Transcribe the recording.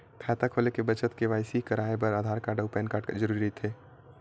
खाता खोले के बखत के.वाइ.सी कराये बर आधार कार्ड अउ पैन कार्ड जरुरी रहिथे